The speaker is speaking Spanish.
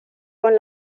con